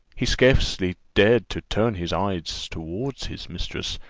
he scarcely dared to turn his eyes toward his mistress,